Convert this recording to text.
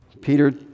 Peter